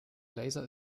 laser